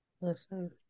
Listen